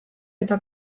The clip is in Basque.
eta